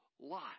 lot